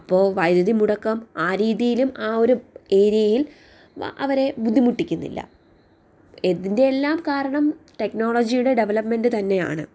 അപ്പോൾ വൈദ്യുതി മുടക്കം ആ രീതിയിലും ഒരു ഏരിയയിൽ അവരെ ബുദ്ധിമുട്ടിക്കുന്നില്ല ഇതിൻ്റെ എല്ലാം കാരണം ടെക്നോളജിയുടെ ഡെവലപ്പ്മെന്റ് തന്നെയാണ്